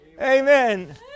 Amen